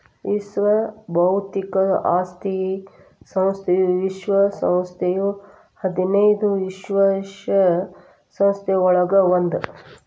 ವಿಶ್ವ ಬೌದ್ಧಿಕ ಆಸ್ತಿ ಸಂಸ್ಥೆಯು ವಿಶ್ವ ಸಂಸ್ಥೆಯ ಹದಿನೈದು ವಿಶೇಷ ಸಂಸ್ಥೆಗಳೊಳಗ ಒಂದ್